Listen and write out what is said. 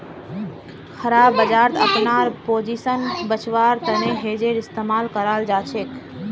खराब बजारत अपनार पोजीशन बचव्वार तने हेजेर इस्तमाल कराल जाछेक